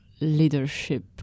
leadership